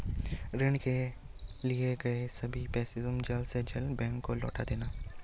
ऋण लिए गए सभी पैसे तुम जल्द से जल्द बैंक को लौटा देना